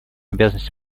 обязанности